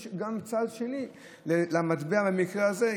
יש גם צד שני למטבע במקרה הזה.